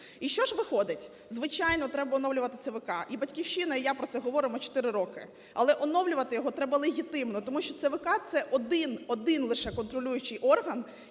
І що ж виходить? Звичайно, треба оновлювати ЦВК і "Батьківщина", і я про це говоримо 4 роки, але оновлювати його треба легітимно. Тому що ЦВК – це один, один лише контролюючий орган,